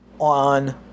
on